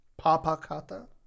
Papakata